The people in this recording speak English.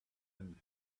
and